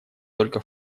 только